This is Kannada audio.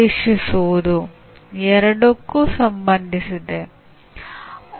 ಇಲ್ಲಿ ಗಮನಿಸಿದ ಸಂಗತಿಯೆಂದರೆ ನೀವು ಕಲಿಯುತ್ತಲೇ ಲಭ್ಯವಿರುವ ಪ್ರಾಯೋಗಿಕ ವಿಧಾನಗಳ ಮೂಲಕ ಮೆದುಳಿನ ಸಂಘಟನೆಯ ಹೊಸ ಮಾದರಿಗಳನ್ನು ಗಮನಿಸಬಹುದು